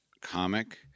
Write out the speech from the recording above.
comic